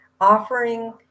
offering